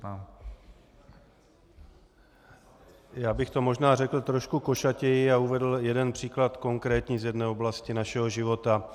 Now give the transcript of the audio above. Já bych to možná řekl trochu košatěji a uvedl jeden příklad konkrétní z jedné oblasti našeho života.